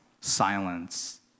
silence